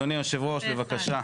אדוני היושב-ראש, בבקשה.